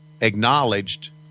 acknowledged